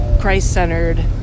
Christ-centered